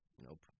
Nope